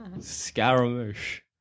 scaramouche